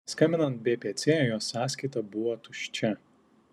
skambinant bpc jos sąskaita buvo tuščia